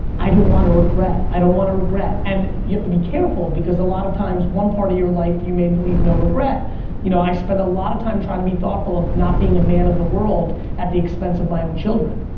i don't want to regret. i don't want to regret. and you have to be careful because a lot of times one part of your life you may leave no regret you know, i spend a lot of time tryin' to be thoughtful of not being a man of the world, at the expense of my own children.